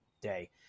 day